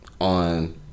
On